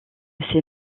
ces